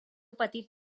petit